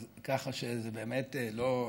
אז ככה שזה זה באמת לא,